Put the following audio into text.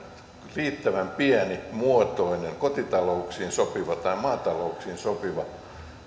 riittävän pienimuotoinen kotitalouksiin tai maatalouksiin sopiva